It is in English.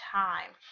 time